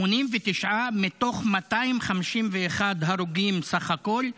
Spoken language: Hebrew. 89 מתוך 251 הרוגים בסך הכול,